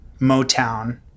Motown